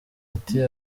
ati